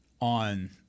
on